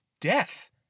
death